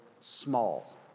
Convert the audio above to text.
small